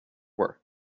work